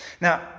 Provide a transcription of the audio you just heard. Now